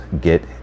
get